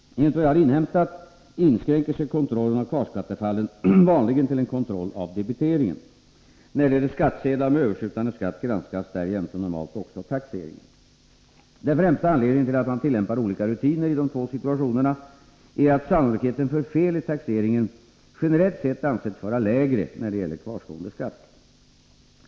Enligt vad jag har inhämtat inskränker sig kontrollen av kvarskattefallen vanligen till en kontroll av debiteringen. När det gäller skattsedlar med överskjutande skatt granskas därjämte normalt också taxeringen. Den främsta anledningen till att man tillämpar olika rutiner i de två situationerna är att sannolikheten för fel i taxeringen generellt sett ansetts vara lägre när det gäller kvarstående skatt.